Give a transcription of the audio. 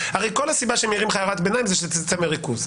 הסיבה שמעירים לך הערת ביניים היא כדי שתצא מריכוז.